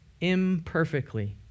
imperfectly